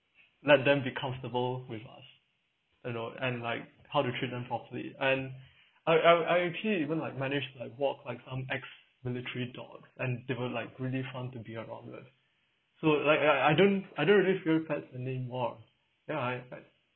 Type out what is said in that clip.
let them be comfortable with us you know and like how to treat them properly and I l I actually even like manage like walk like some ex-military dogs and they were like really fun to be around with so like I I don't I don't really fear pet anymore then I was like